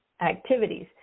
activities